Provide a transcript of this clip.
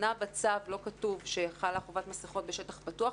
אמנם בצו לא כתוב שחלה חובת מסכות בשטח פתוח,